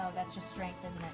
that's strength,